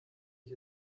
ich